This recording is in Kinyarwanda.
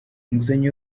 inguzanyo